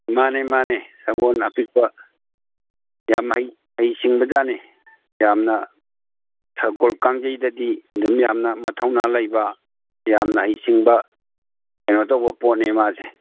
ꯃꯥꯅꯦ ꯃꯥꯅꯦ ꯁꯒꯣꯜ ꯑꯄꯤꯛꯄ ꯌꯥꯝ ꯍꯩꯁꯤꯡꯕ ꯖꯥꯠꯅꯦ ꯌꯥꯝꯅ ꯁꯒꯣꯜ ꯀꯥꯡꯖꯩꯗꯗꯤ ꯑꯗꯨꯝ ꯌꯥꯝꯅ ꯃꯊꯧꯅꯥ ꯂꯩꯕ ꯌꯥꯝꯅ ꯍꯩꯁꯤꯡꯕ ꯀꯩꯅꯣ ꯇꯧꯕ ꯄꯣꯠꯅꯤ ꯃꯥꯁꯦ